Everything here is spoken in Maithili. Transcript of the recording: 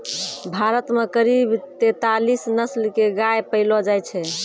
भारत मॅ करीब तेतालीस नस्ल के गाय पैलो जाय छै